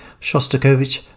Shostakovich